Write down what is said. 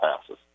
passes